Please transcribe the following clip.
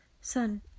Son